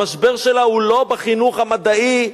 המשבר שלה הוא לא בחינוך המדעי,